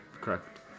Correct